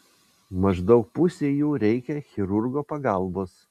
maždaug pusei jų reikia chirurgo pagalbos